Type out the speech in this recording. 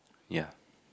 ya